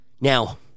Now